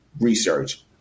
research